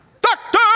doctor